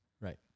Right